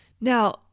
Now